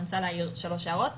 אני רוצה להעיר שלוש הערות.